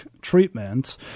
treatment